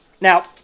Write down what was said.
Now